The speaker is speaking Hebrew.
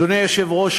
אדוני היושב-ראש,